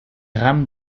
rames